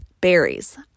berries